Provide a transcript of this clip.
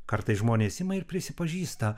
kartais žmonės ima ir prisipažįsta